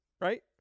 right